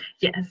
Yes